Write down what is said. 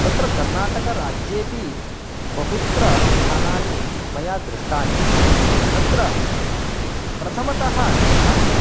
तत्र कर्नाटकराज्येऽपि बहुत्र स्थानानि मया दृष्टानि तत्र प्रथमतः अहं